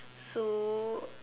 so